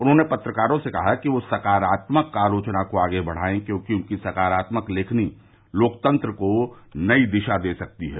उन्होंने पत्रकारों से कहा कि वह सकारात्मक आलोचना को आगे बढ़ायें क्योंकि उनकी सकारात्मक लेखनी लोकतंत्र को नई दिशा दे सकती है